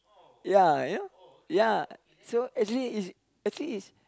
ya you know ya so actually is actually is